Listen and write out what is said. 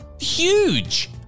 huge